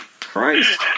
Christ